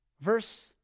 Verse